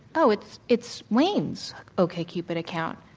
oh, it's it's wayne's okcupid account.